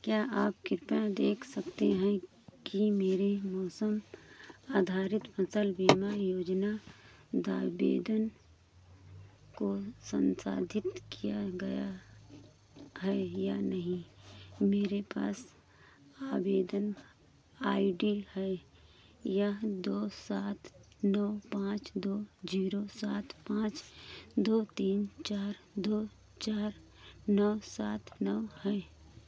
क्या आप कृपया देख सकते हैं कि मेरे मौसम आधारित फसल बीमा योजना आवेदन को संसाधित किया गया है या नहीं मेरे पास आवेदन आई डी है यह दो सात दो पाँच दो जीरो सात पाँच दो तीन चार दो चार नौ सात नौ है